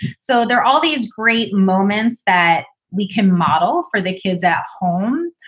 so there are all these great moments that we can model for the kids at home,